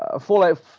Fallout